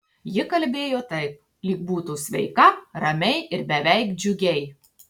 ji kalbėjo taip lyg būtų sveika ramiai ir beveik džiugiai